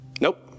Nope